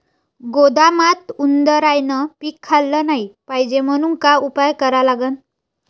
गोदामात उंदरायनं पीक खाल्लं नाही पायजे म्हनून का उपाय करा लागन?